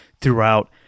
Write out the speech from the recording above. throughout